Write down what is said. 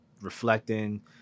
reflecting